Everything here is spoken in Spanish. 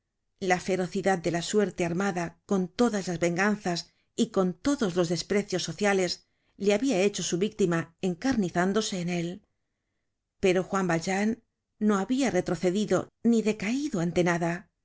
la ferocidad de la suerte armada con todas las venganzas y con todos los desprecios sociales le habia hecho su víctima encarnizándose en él pero juan valjean no habia retrocedido ni decaido ante nada